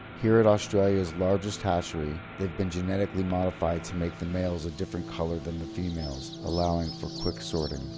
here at australia's largest hatchery, they've been genetically modified to make the males different colour than the females, allowing for quick sorting.